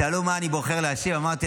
שאלו למה אני בוחר להשיב, אמרתי: